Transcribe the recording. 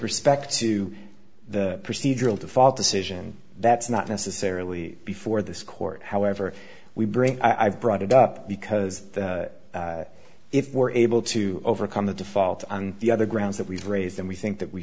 respect to the procedural to fall decision that's not necessarily before this court however we bring i brought it up because if we're able to overcome the default on the other grounds that we've raised then we think that we